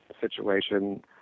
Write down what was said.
situation